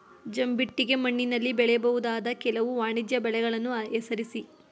ಜಂಬಿಟ್ಟಿಗೆ ಮಣ್ಣಿನಲ್ಲಿ ಬೆಳೆಯಬಹುದಾದ ಕೆಲವು ವಾಣಿಜ್ಯ ಬೆಳೆಗಳನ್ನು ಹೆಸರಿಸಿ?